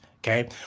Okay